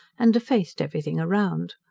and defaced everything around.